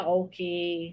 okay